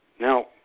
Now